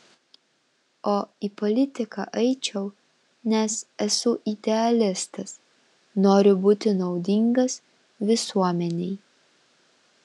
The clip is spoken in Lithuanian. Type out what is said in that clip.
o į politiką eičiau nes esu idealistas noriu būti naudingas visuomenei